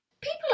People